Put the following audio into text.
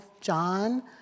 John